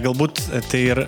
galbūt tai ir